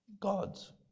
God's